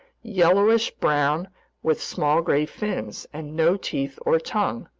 yellowish brown with small gray fins and no teeth or tongue,